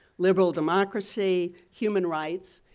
liberal democracy, human rights,